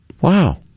Wow